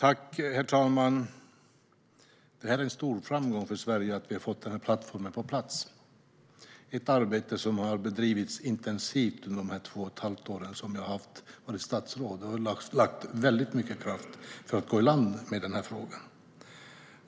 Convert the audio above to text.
Herr talman! Det är en stor framgång för Sverige att vi har fått denna plattform på plats. Det är ett arbete som har bedrivits intensivt under de två och ett halvt år som jag har varit statsråd, och väldigt mycket kraft har lagts på att gå i land med denna fråga.